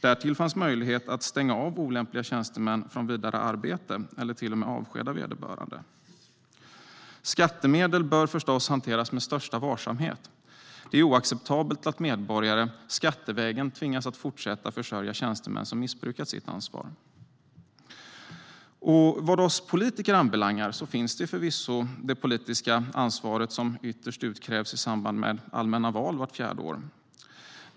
Därtill fanns möjlighet att stänga av olämpliga tjänstemän från vidare arbete eller till och med avskeda vederbörande. Skattemedel bör förstås hanteras med största varsamhet. Det är oacceptabelt att medborgare skattevägen tvingas att fortsätta försörja tjänstemän som missbrukat sitt ansvar. Vad oss politiker anbelangar finns det förvisso det politiska ansvaret som ytterst utkrävs i samband med allmänna val vart fjärde år.